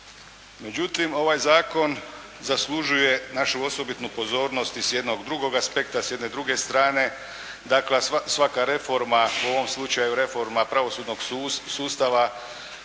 Međutim ovaj zakon zaslužuje našu osobitu pozornost i s jednog drugog aspekta, s jedne druge strane, dakle svaka reforma u ovom slučaju reforma pravosudnog sustava